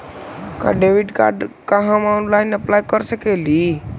का debit card ला हम ऑनलाइन अप्लाई कर सकली हे?